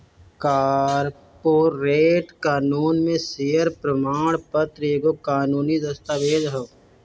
corporate कानून में share प्रमाण पत्र एगो कानूनी दस्तावेज हअ